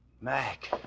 Mac